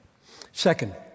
Second